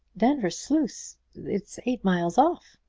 denvir sluice is eight miles off.